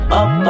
up